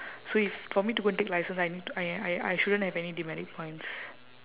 so if for me to go and take license I need to I I I shouldn't have any demerit points